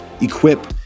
equip